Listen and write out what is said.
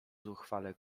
zuchwale